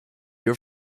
your